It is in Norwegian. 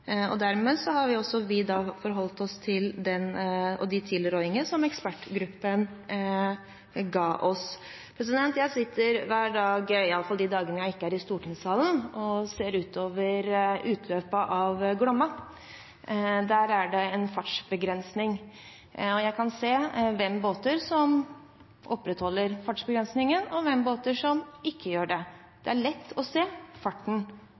fart. Dermed har vi da også forholdt oss til de tilrådinger som ekspertgruppen ga oss. Jeg sitter de dagene jeg ikke er i stortingssalen og ser utover utløpet av Glomma. Der er det en fartsbegrensning. Jeg kan se hvilke båter som overholder fartsbegrensningen, og hvilke båter som ikke gjør det. Det er lett å se farten,